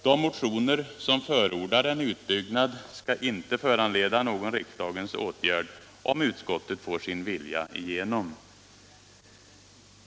De motioner som förordar en utbyggnad skall inte föranleda någon riksdagens åtgärd, om utskottet får sin vilja igenom.